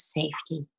safety